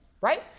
right